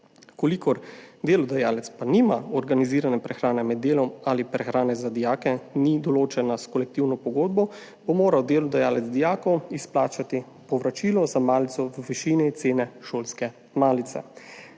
Če pa delodajalec nima organizirane prehrane med delom ali prehrana za dijake ni določena s kolektivno pogodbo, bo moral delodajalec dijakom izplačati povračilo za malico v višini cene šolske malice.